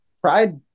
Pride